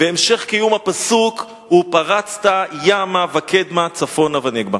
והמשך קיום הפסוק "ופרצת ימה וקדמה צפונה ונגבה".